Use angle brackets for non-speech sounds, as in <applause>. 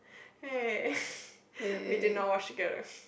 hey <laughs> we did not watch together